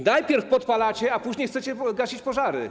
Najpierw podpalacie, a później chcecie gasić pożary.